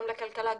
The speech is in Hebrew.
גם לכלכלה,